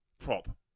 Prop